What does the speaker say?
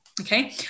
Okay